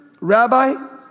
Rabbi